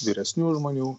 vyresnių žmonių